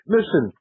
Listen